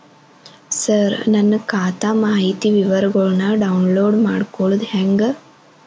ಸರ ನನ್ನ ಖಾತಾ ಮಾಹಿತಿ ವಿವರಗೊಳ್ನ, ಡೌನ್ಲೋಡ್ ಮಾಡ್ಕೊಳೋದು ಹೆಂಗ?